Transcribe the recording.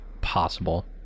possible